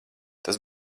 tas